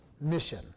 mission